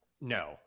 No